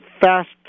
fast